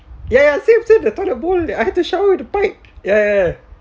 ya ya same same the toilet bowl that I had to shower through the pipe ya ya ya